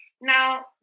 Now